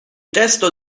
testo